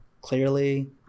clearly